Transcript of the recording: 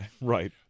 Right